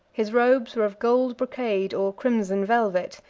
his robes were of gold brocade or crimson velvet,